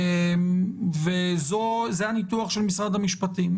זה הניתוח של משרד המשפטים.